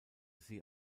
sie